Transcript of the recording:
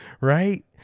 right